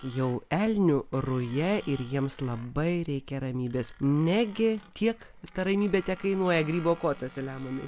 jau elnių ruja ir jiems labai reikia ramybės negi tiek ta ramybė tekainuoja grybo kotas selemonai